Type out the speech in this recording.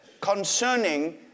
concerning